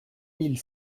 mille